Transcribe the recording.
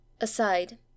Aside